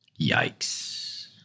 Yikes